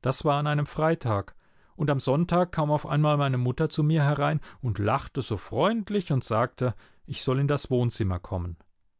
das war an einem freitag und am sonntag kam auf einmal meine mutter zu mir herein und lachte so freundlich und sagte ich soll in das wohnzimmer kommen